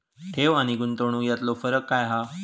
ठेव आनी गुंतवणूक यातलो फरक काय हा?